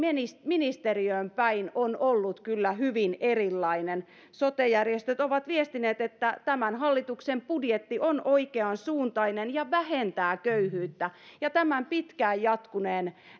ministeriöön päin on ollut kyllä hyvin erilainen sote järjestöt ovat viestineet että tämän hallituksen budjetti on oikeansuuntainen ja vähentää köyhyyttä ja tämän pitkään jatkuneen